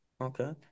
Okay